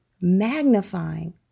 magnifying